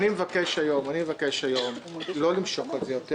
אני מבקש היום לא למשוך את זה יותר.